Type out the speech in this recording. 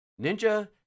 Ninja